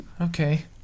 Okay